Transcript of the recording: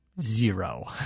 zero